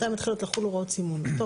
מתי מתחילות לחול הוראות סימון.